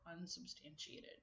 unsubstantiated